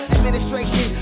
Administration